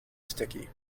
sticky